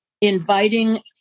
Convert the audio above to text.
inviting